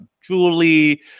julie